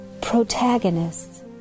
protagonists